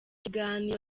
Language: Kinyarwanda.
kiganiro